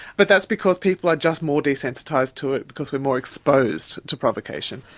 but that's because people are just more desensitised to it because we're more exposed to provocation.